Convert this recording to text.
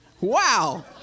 wow